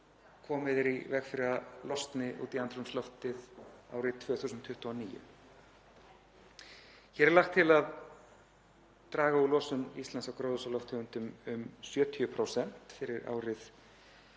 komið er í veg fyrir að losni út í andrúmsloftið árið 2029. Hér er lagt til að draga úr losun Íslands á gróðurhúsalofttegundum um 70% fyrir árið 2030